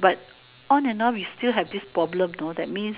but on and off you still have this problem you know that means